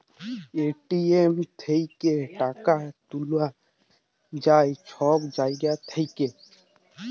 ATM থ্যাইকে টাকা তুলা যায় ছব জায়গা থ্যাইকে